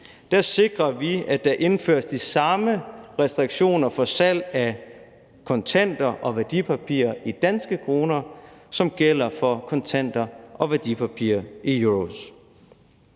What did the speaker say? nu, sikrer vi, at der indføres de samme restriktioner for salg af kontanter og værdipapirer i danske kroner, som gælder for kontanter og værdipapirer i euro.